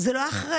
זה לא אחראי,